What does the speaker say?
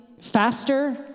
faster